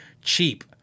cheap